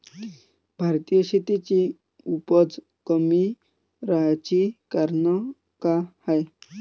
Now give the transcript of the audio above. भारतीय शेतीची उपज कमी राहाची कारन का हाय?